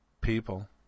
people